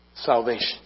Salvation